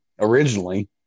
originally